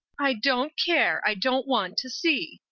i don't care i don't want to see.